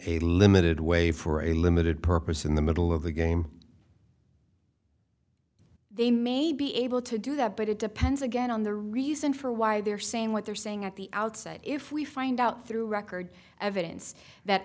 a limited way for a limited purpose in the middle of the game they may be able to do that but it depends again on the reason for why they're saying what they're saying at the outset if we find out through record evidence that